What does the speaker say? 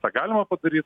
tą galima padaryt